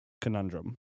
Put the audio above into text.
conundrum